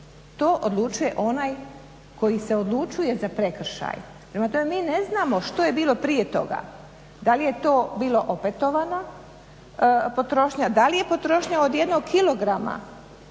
to odlučuje onaj koji se odlučuje za prekršaj. Prema tome, mi ne znamo što je bilo prije toga. Da li je to bilo opetovana potrošnja, da li je potrošnja od jednog kilograma